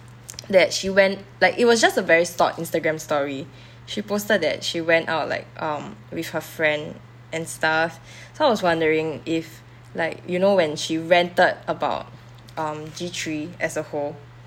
that she went like it was just a very short Instagram story she posted that she went out like um with her friend and stuff so I was wondering if like you know when she ranted about um G three as a whole